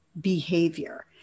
behavior